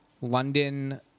London